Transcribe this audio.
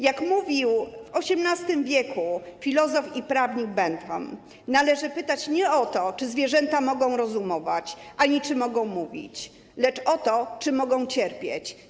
Jak mówił w XVIII w. filozof i prawnik Bentham: należy pytać nie o to, czy zwierzęta mogą rozumować ani czy mogą mówić, lecz o to, czy mogą cierpieć.